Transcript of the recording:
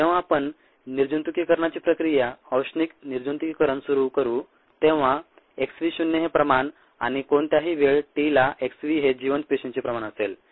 जेव्हा आपण निर्जंतुकीकरणाची प्रक्रिया औष्णिक निर्जंतुकीकरण सुरू करू तेव्हा x v शून्य हे प्रमाण आणि कोणत्याही वेळ t ला x v हे जिवंत पेशींचे प्रमाण असेल